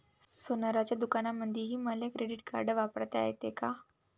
सोनाराच्या दुकानामंधीही मले क्रेडिट कार्ड वापरता येते का?